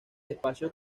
espacio